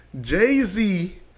Jay-Z